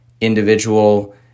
individual